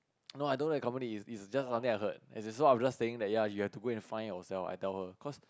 no I don't have a company it's it's just something I heard as in I am just saying that ya you have to go find yourself I tell her cause